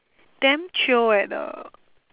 damn chio eh the